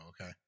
okay